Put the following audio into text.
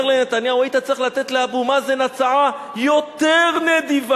לנתניהו: היית צריך לתת לאבו מאזן הצעה יותר נדיבה.